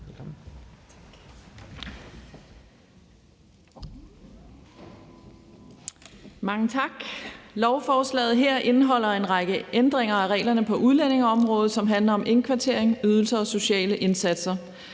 Mange tak. Lovforslaget her indeholder en række ændringer af reglerne på udlændingeområdet, som handler om indkvartering, ydelser og sociale indsatser.